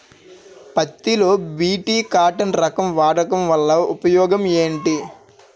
పత్తి లో BT cotton రకం వాడకం వల్ల ఉపయోగం ఏమిటి?